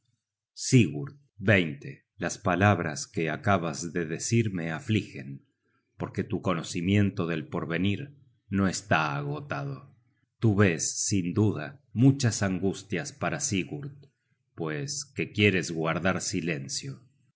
sigurd las palabras que acabas de decir me afligen porque tu conocimiento del porvenir no está agotado tú ves sin duda muchas angustias para sigurd pues que quieres guardar silencio